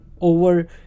over